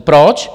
Proč?